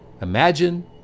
Imagine